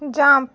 jump